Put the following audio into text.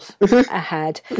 ahead